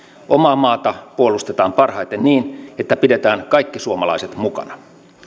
omaa maata puolustetaan parhaiten niin että pidetään kaikki suomalaiset mukana